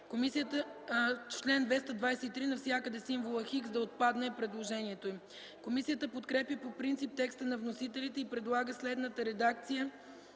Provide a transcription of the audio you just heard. Комисията подкрепя по принцип текста на вносителите и предлага следната редакция